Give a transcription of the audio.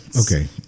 Okay